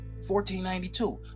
1492